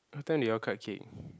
what time did you all cut the cake